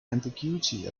ambiguity